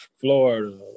Florida